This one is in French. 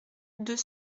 deux